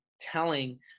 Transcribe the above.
telling